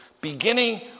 beginning